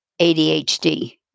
ADHD